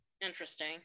Interesting